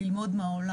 ללמוד מהעולם.